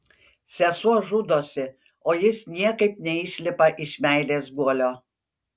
sesuo žudosi o jis niekaip neišlipa iš meilės guolio